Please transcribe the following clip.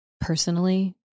Personally